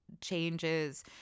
changes